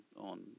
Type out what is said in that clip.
on